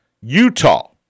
Utah